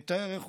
מתאר איך